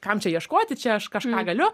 kam čia ieškoti čia aš kažką galiu